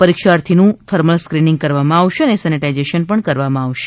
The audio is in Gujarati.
પરીક્ષાર્થીનું થર્મલ સ્કેનિંગ કરવામાં આવશે અને સેનેટાઇઝેશન પણ કરવામાં આવશે